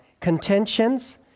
contentions